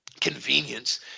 convenience